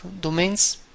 domains